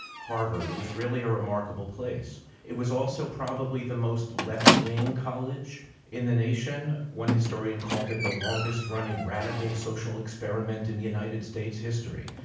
harvard, it was really a remarkable place. it was also probably the most left wing college in the nation. one historian called it the longest running radical social experiment in united states history.